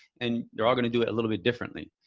and they're all going to do it a little bit differently.